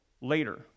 later